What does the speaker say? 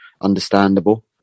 understandable